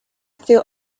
few